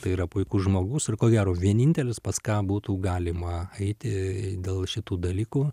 tai yra puikus žmogus ir ko gero vienintelis pas ką būtų galima eiti dėl šitų dalykų